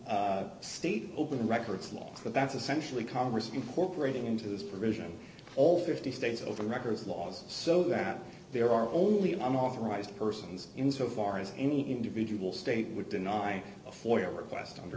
state open records law that's essentially congress incorporating into this provision all fifty states of the records laws so that there are only i'm authorized persons in so far as any individual state would deny a four year request under